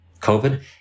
COVID